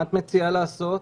מה את מציעה לעשות?